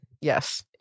yes